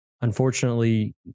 Unfortunately